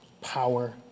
power